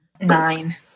Nine